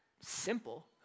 simple